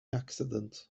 accident